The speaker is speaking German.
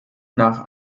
nach